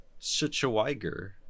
Schweiger